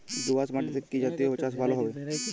দোয়াশ মাটিতে কি জাতীয় চাষ ভালো হবে?